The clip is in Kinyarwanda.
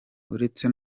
uretse